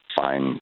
fine